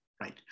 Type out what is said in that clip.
right